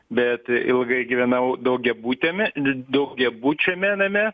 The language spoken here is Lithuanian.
bet ilgai gyvenau daugiabutiame daugiabučiame name